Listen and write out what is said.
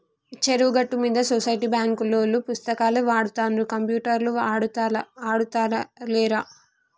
చెరువు గట్టు మీద సొసైటీ బాంకులోల్లు పుస్తకాలే వాడుతుండ్ర కంప్యూటర్లు ఆడుతాలేరా